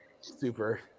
super